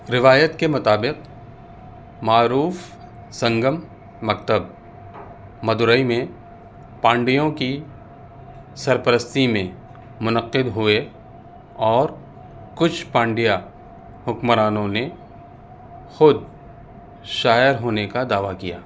روایت کے مطابق معروف سنگم مکتب مدورائی میں پانڈیوں کی سرپرستی میں منعقد ہوئے اور کچھ پانڈیا حکمرانوں نے خود شاعر ہونے کا دعویٰ کیا